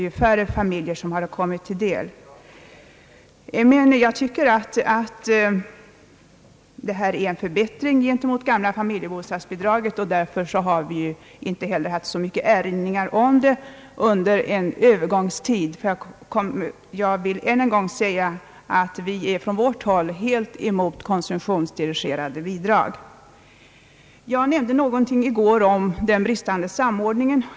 Jag anser att detta förslag innebär en förbättring i förhållande till det gamla familjebostadsbidraget, och därför har vi inte heller haft så många erinringar att komma med. Jag vill än en gång framhålla att vi från vårt håll är helt emot konsumtionsdirigerade bidrag. Jag förde i går på tal den bristande samordningen.